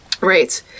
Right